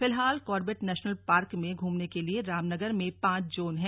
फिलहाल Corbett national park में घूमने के लिए रामनगर में पांच जोन हैं